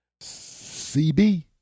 CB